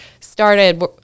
started